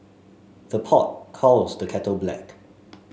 the pot calls the kettle black